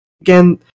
Again